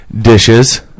Dishes